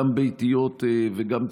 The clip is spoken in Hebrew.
גם ביתיות וגם ציבוריות.